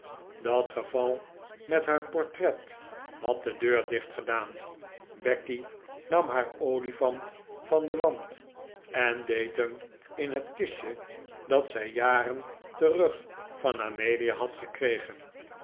dat geval met het portret had de deur dichtgedaan becky nam haar olifant van den wand en deed hem in het kistje dat zij jaren terug van amelia had gekregen